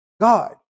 God